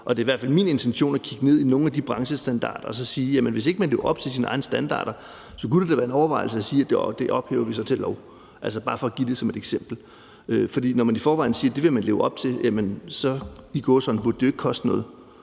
fald min intention at kigge ned i nogle af de branchestandarder og så sige, at hvis ikke man lever op til sine egne standarder, kunne det da være en overvejelse at sige, at det ophøjer vi så til lov. Det er bare for at give det som et eksempel. Når man i forvejen siger, at det vil man leve op til, burde det jo – i gåseøjne – ikke koste noget.